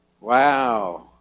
Wow